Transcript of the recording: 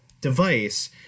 device